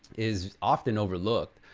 is often overlooked.